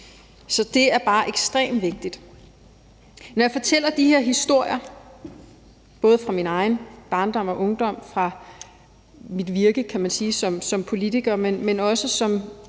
så det er bare ekstremt vigtigt. Når jeg fortæller de her historier, både fra min egen barndom og ungdom og fra mit virke, kan man sige, som